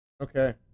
Okay